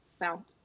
No